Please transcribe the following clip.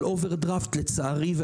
לצערי,